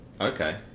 Okay